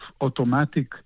automatic